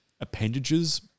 appendages